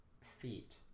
Feet